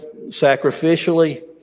sacrificially